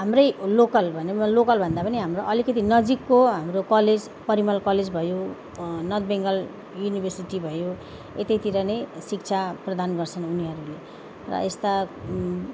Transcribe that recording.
हाम्रै लोकल भनौँ न लोकल भन्दा पनि हाम्रो अलिकति नजिकको हाम्रो कलेज परिमल कलेज भयो नर्थ बङ्गाल युनिभर्सिटी भयो यतैतिर नै शिक्षा प्रदान गर्छन् उनीहरूले र यस्ता